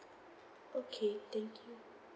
okay thank you